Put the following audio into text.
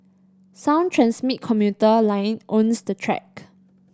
sound Tranmit commuter line owns the track